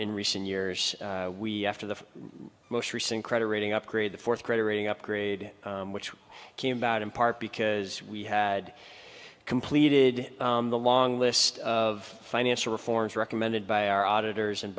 in recent years we after the most recent credit rating upgrade the fourth credit rating upgrade which came about in part because we had completed the long list of financial reforms recommended by our auditors and